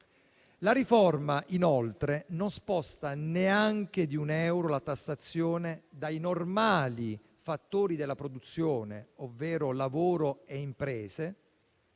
La riforma, inoltre, non sposta neanche di un euro la tassazione dai normali fattori della produzione, ovvero lavoro e imprese,